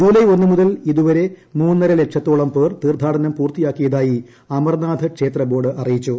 July ഒന്ന് മുതൽ ഇതുവരെ മൂന്നരലക്ഷത്തോളം പേർ തീർത്ഥാടനം പൂർത്തിയാക്കിയതായി അമർനാഥ് ക്ഷേത്ര ബോർഡ് അറിയിച്ചു